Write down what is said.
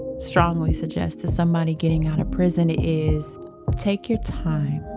strongly suggest to somebody getting out of prison is take your time.